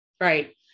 Right